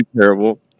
terrible